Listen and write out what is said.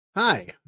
Hi